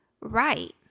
Right